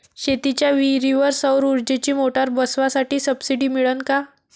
शेतीच्या विहीरीवर सौर ऊर्जेची मोटार बसवासाठी सबसीडी मिळन का?